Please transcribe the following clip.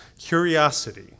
curiosity